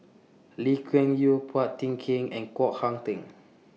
Lee Kuan Yew Phua Thin Kiay and Koh Hong Teng